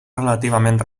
relativament